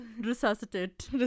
resuscitate